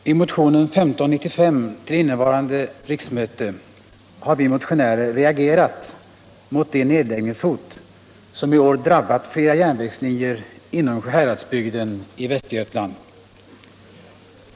Fru talman! I motionen 1595 till innevarande riksmöte har vi motionärer reagerat mot de nedläggningshot som i år drabbat flera järnvägslinjer inom Sjuhäradsbygden i Västergötland.